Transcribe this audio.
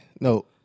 no